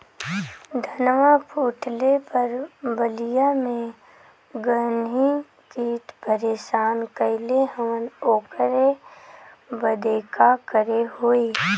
धनवा फूटले पर बलिया में गान्ही कीट परेशान कइले हवन ओकरे बदे का करे होई?